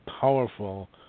powerful